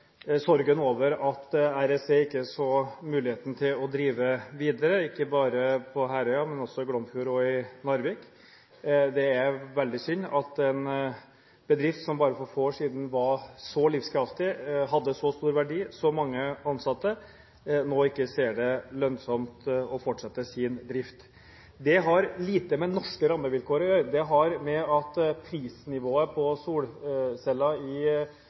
sorgen over at REC ikke så muligheten til å drive videre – ikke bare på Herøya, men også i Glomfjord og i Narvik. Det er veldig synd at en bedrift som bare for få år siden var så livskraftig, som hadde så stor verdi og så mange ansatte, nå ikke ser det lønnsomt å fortsette sin drift. Det har lite med norske rammevilkår å gjøre. Det har å gjøre med at prisnivået på solceller i